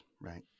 right